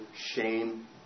shame